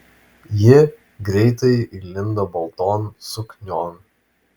ji greitai įlindo balton suknion